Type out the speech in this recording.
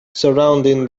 surrounding